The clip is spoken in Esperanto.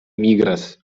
migras